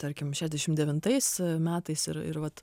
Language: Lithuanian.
tarkim šešiasdešimt devintais metais ir ir vat